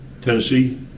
Tennessee